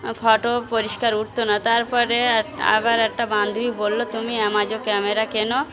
photo পরিষ্কার উঠতো না তারপরে আবার একটা বান্ধবী বলল তুমি আমাজও ক্যামেরা কেনো